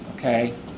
Okay